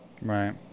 Right